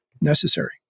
necessary